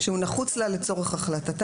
שנחוץ לה לצורך החלטתה.